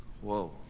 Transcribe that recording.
Whoa